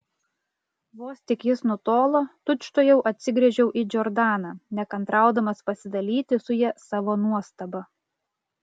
vos tik jis nutolo tučtuojau atsigręžiau į džordaną nekantraudamas pasidalyti su ja savo nuostaba